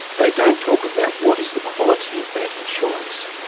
they don't talk about what is the quality of that insurance.